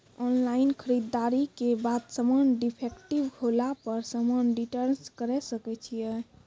Online खरीददारी के बाद समान डिफेक्टिव होला पर समान रिटर्न्स करे सकय छियै?